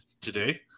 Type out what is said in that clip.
today